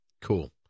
cool